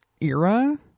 era